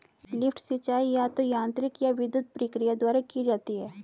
lift सिंचाई या तो यांत्रिक या विद्युत प्रक्रिया द्वारा की जाती है